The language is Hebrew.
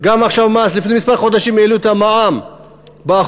לפני כמה חודשים העלו את המע"מ ב-1%.